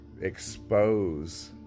expose